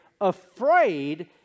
afraid